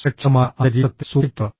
സുരക്ഷിതമായ അന്തരീക്ഷത്തിൽ സൂക്ഷിക്കുക